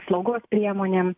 slaugos priemonėm